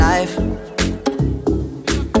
Life